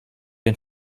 den